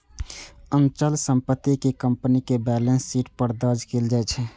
अचल संपत्ति कें कंपनीक बैलेंस शीट पर दर्ज कैल जाइ छै